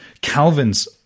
Calvin's